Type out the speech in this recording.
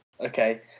Okay